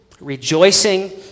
rejoicing